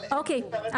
אבל אין --- אוקיי,